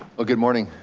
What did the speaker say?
well good morning,